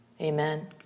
Amen